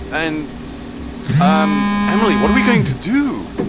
and um emily, what are we going to do?